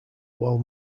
while